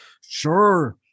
Sure